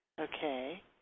Okay